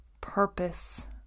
purpose